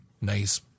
nice